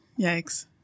Yikes